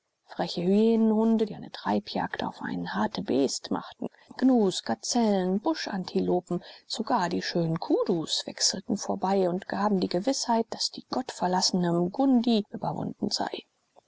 freche hyänenhunde die eine treibjagd auf ein hartebeest machten gnus gazellen buschantilopen sogar die schönen kudus wechselten vorbei und gaben die gewißheit daß die gottverlassene mgundi überwunden sei